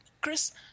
Chris